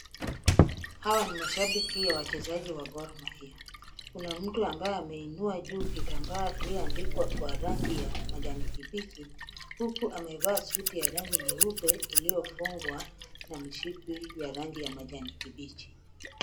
Hawa ni mashabiki ya wachezaji wa Gormahia . Kuna mtu ambaye ameinua juu kitambaa iliyoandikwa kwa rangi ya majani kibichi huku amevaa suti ya rangi nyeupe iliyofungwa na mshipi ya rangi ya majani kibichi.